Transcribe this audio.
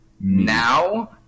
Now